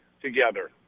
together